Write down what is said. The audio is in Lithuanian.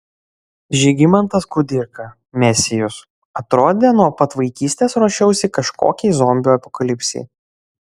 žygimantas kudirka mesijus atrodė nuo pat vaikystės ruošiausi kažkokiai zombių apokalipsei